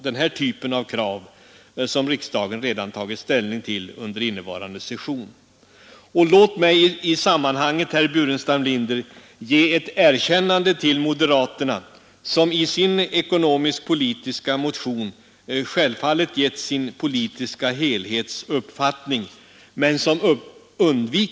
Det är betecknande att han sade offentlig sektor kontra näringsliv. Jag har arbetat i en industrikommun i tre decennier och haft att syssla med den offentliga sektorn i den kommunen.